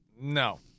No